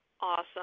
Awesome